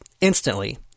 instantly